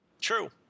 true